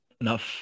enough